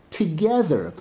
together